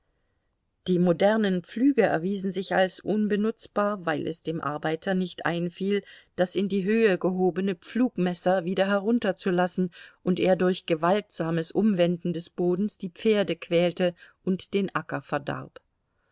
die modernen pflüge erwiesen sich als unbenutzbar weil es dem arbeiter nicht einfiel das in die höhe gehobene pflugmesser wieder herunterzulassen und er durch gewaltsames umwenden des bodens die pferde quälte und den acker verdarb